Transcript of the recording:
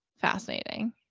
fascinating